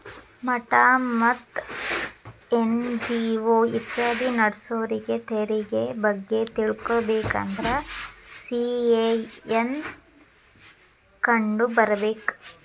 ಮಠಾ ಮತ್ತ ಎನ್.ಜಿ.ಒ ಇತ್ಯಾದಿ ನಡ್ಸೋರಿಗೆ ತೆರಿಗೆ ಬಗ್ಗೆ ತಿಳಕೊಬೇಕಂದ್ರ ಸಿ.ಎ ನ್ನ ಕಂಡು ಬರ್ಬೇಕ